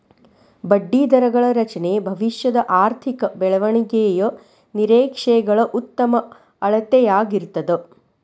ಬಡ್ಡಿದರಗಳ ರಚನೆ ಭವಿಷ್ಯದ ಆರ್ಥಿಕ ಬೆಳವಣಿಗೆಯ ನಿರೇಕ್ಷೆಗಳ ಉತ್ತಮ ಅಳತೆಯಾಗಿರ್ತದ